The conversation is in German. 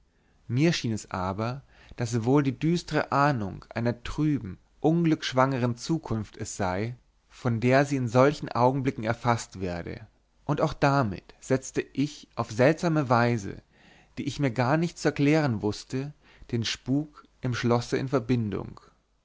mir schien es aber daß wohl die düstere ahnung einer trüben unglücksschwangeren zukunft es sei von der sie in solchen augenblicken erfaßt werde und auch damit setzte ich auf seltsame weise die ich mir weiter gar nicht zu erklären wußte den spuk im schlosse in verbindung